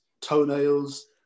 toenails